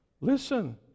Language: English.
listen